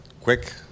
quick